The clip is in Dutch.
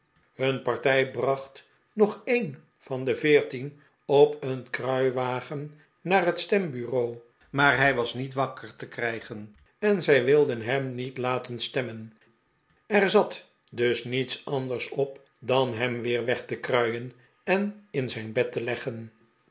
hun partij bracht nog een van de veertien op een kruiwagen naar het stembureau maar hij was niet wakker te krijgen en zij wilden hem niet laten stemmen er zat dus niets anders op dan hem weer weg te kruien en in zijn bed te leggen